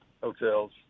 hotels